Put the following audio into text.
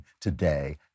today